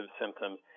symptoms